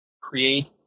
create